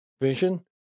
vision